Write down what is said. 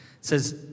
says